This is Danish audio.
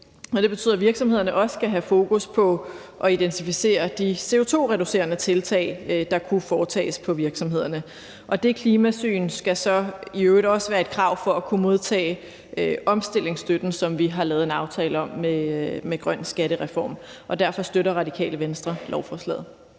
Det betyder, at virksomhederne også skal have fokus på at identificere de CO2-reducerende tiltag, der kunne foretages på virksomhederne, og det klimasyn skal så i øvrigt også være et krav for at kunne modtage omstillingsstøtten, som vi har lavet en aftale om med grøn skattereform. Derfor støtter Radikale Venstre lovforslaget.